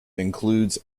includes